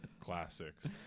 classics